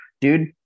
dude